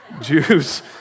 Jews